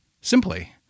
simply